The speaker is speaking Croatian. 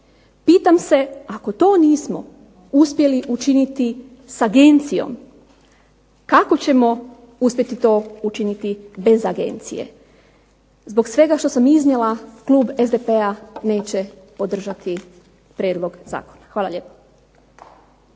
Pitam se ako to nismo uspjeli učiniti s agencijom kako ćemo uspjeti to učiniti bez agencije? Zbog svega što sam iznijela klub SDP-a neće podržati prijedlog zakona. Hvala lijepa.